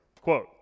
quote